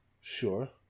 sure